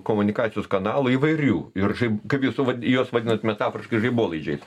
komunikacijos kanalų įvairių ir šiaip kaip jūs juos vadinat metaforiškai žaibolaidžiais